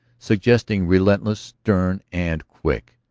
suggesting relentlessness, stern and quick.